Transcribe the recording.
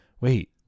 wait